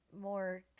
more